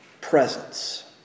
presence